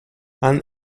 and